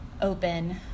open